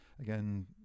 again